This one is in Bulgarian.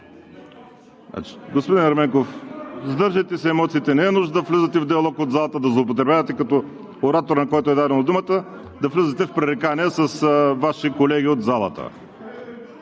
Господин Ерменков, сдържайте си емоциите. Не е нужно да влизате в диалог със залата – да злоупотребявате като оратор, на когото е дадена думата, и да влизате в пререкания с Ваши колеги от залата.